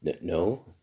no